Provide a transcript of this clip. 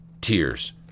tears